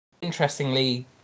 Interestingly